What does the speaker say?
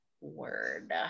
word